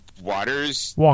Waters